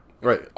Right